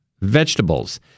vegetables